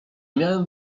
miałem